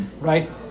right